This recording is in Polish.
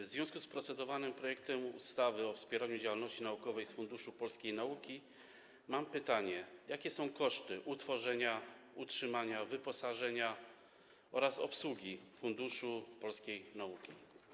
W związku z procedowanym projektem ustawy o wspieraniu działalności naukowej z Funduszu Polskiej Nauki mam pytanie: Jakie są koszty utworzenia, utrzymania, wyposażenia oraz obsługi Funduszu Polskiej Nauki?